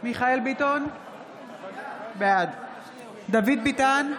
מיכאל מרדכי ביטון, בעד דוד ביטן,